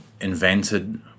invented